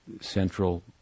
central